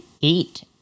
eat